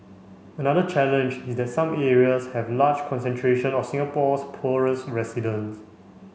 another challenge is that some areas have large concentration of Singapore's poorest resident